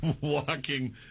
walking